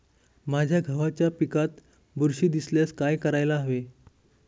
माझ्या गव्हाच्या पिकात बुरशी दिसल्यास काय करायला हवे?